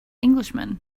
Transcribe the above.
englishman